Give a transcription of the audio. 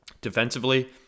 Defensively